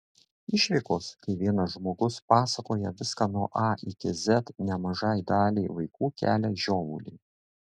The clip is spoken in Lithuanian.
išvykos kai vienas žmogus pasakoja viską nuo a iki z nemažai daliai vaikų kelia žiovulį